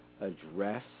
address